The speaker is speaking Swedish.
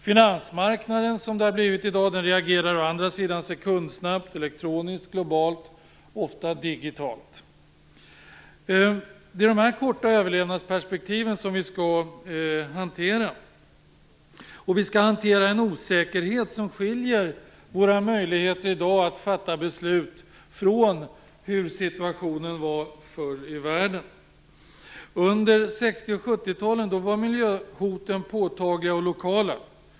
Finansmarknaden reagerar i dag å andra sidan sekundsnabbt - elektroniskt, globalt och ofta digitalt. Det är dessa korta överlevnadsperspektiv vi skall hantera. Vi skall också hantera en osäkerhet som skiljer våra möjligheter att fatta beslut i dag från hur situationen var förr i världen. Under 60 och 70-talen var miljöhoten påtagliga och lokala.